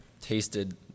tasted